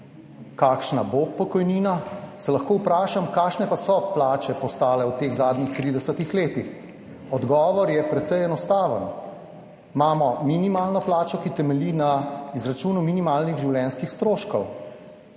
kakšna bo pokojnina, se lahko vprašam, kakšne pa so plače postale v teh zadnjih 30 letih? Odgovor je precej enostaven, imamo minimalno plačo, ki temelji na izračunu minimalnih življenjskih stroškov.